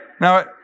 Now